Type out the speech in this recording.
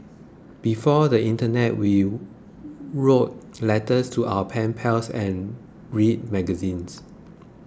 before the internet we wrote letters to our pen pals and read magazines